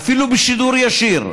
אפילו בשידור ישיר,